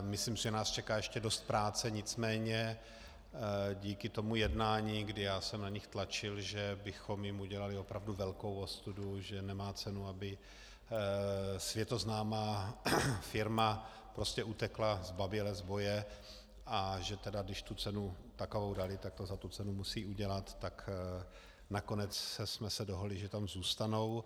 Myslím, že nás čeká ještě dost práce, nicméně díky tomu jednání, kdy já jsem na ně tlačil, že bychom jim udělali opravdu velkou studu, že nemá cenu, aby světoznámá firma prostě utekla zbaběle z boje, a že tedy když tu cenu takovou dali, tak to za tu cenu musí udělat, tak nakonec jsme se dohodli, že tam zůstanou.